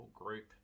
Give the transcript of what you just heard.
group